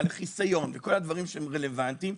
החיסיון וכל הדברים שהם רלוונטיים.